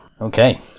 Okay